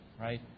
right